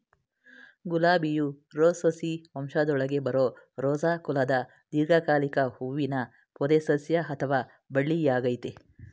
ಗುಲಾಬಿಯು Rosaceae ವಂಶದೊಳಗೆ ಬರೋ Rosa ಕುಲದ ದೀರ್ಘಕಾಲಿಕ ಹೂವಿನ ಪೊದೆಸಸ್ಯ ಅಥವಾ ಬಳ್ಳಿಯಾಗಯ್ತೆ